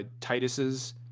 Titus's